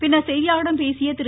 பின்னர் செய்தியாளர்களிடம் பேசிய திரு